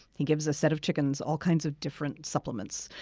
he gives a set of chickens all kinds of different supplements,